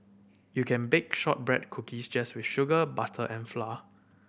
you can bake shortbread cookies just with sugar butter and flour